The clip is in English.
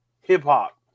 hip-hop